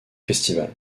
festivals